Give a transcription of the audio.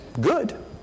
good